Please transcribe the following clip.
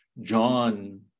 john